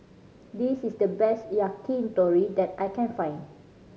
this is the best Yakitori that I can find